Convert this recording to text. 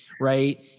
right